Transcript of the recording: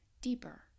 deeper